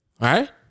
Right